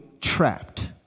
trapped